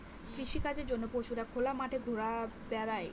কৃষিকাজের জন্য পশুরা খোলা মাঠে ঘুরা বেড়ায়